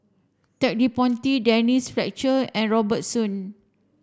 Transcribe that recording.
Ted De Ponti Denise Fletcher and Robert Soon